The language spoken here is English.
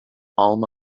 alma